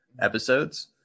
episodes